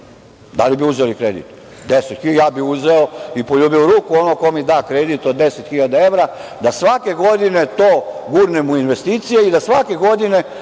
Da li bi uzeli kredit? Ja bih uzeo i poljubio u ruku onog ko mi da kredit od 10 hiljada evra da svake godine to gurnem u investicije i da svake godine